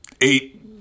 eight